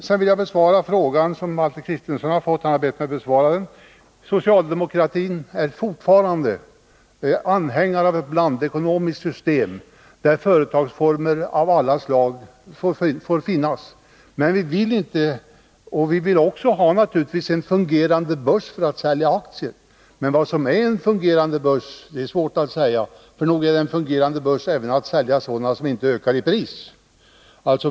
Sedan vill jag besvara en fråga som Valter Kristenson har fått och bett mig besvara. Socialdemokratin är fortfarande anhängare av ett blandekonomiskt system, där företagsformer av alla slag får finnas, och vi vill naturligtvis också ha en fungerande börs som skall sälja aktier. Men det är svårt att säga vad som är en fungerande börs. För nog är det en fungerande börs även om där säljs sådana aktier som inte ökar i pris.